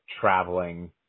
traveling